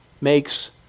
makes